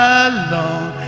alone